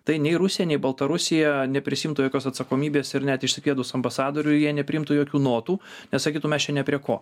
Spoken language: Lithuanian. tai nei rusija nei baltarusija neprisiimtų jokios atsakomybės ir net išsikvietus ambasadorių jie nepriimtų jokių notų nes sakytų mes čia ne prie ko